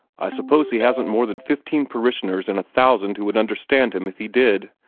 i suppose he hasn't more than fifteen parishioners in a thousand who would understand him if he did,